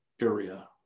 area